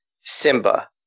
Simba